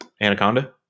Anaconda